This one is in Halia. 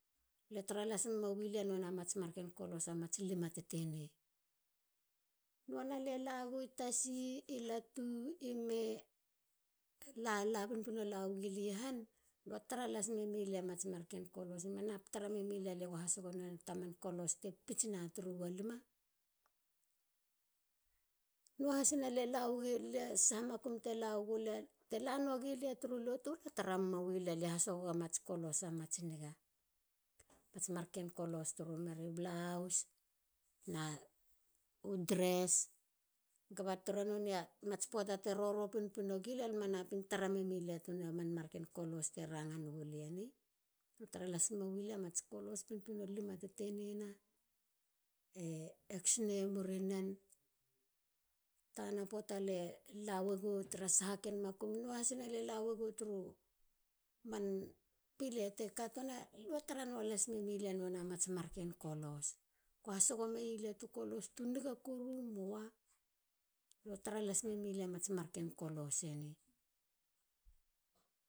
Lue tara lase mui lie nonei mats kolos mats luma tetene. Nuana lie lago tasi. i latu. i me. lala pinpino naga lie han. lue tara lasim mi lia mats marken kolos ma nap tarei memi lia go hasogo mats kolos te pits na turu walima. nua hasina lie saha makum tela wagulia. te lanogua lia tru lotu. lue taram lie sogog mats kolos a mats niga. ken kolos turu meri blouse. u dress. koba tara nonei a tsi poata te roro pinpino gi lia. lu manapin tara memi lia mats marken kolos te ranga negu lia ni. tara las memui lia kolos lima tetene na e x ne murinen. tana poata lie la wago tara tana makum noa hasina turu pilei. lue tara nua hasmemilia nonei a mar ken kolos eni